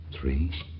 Three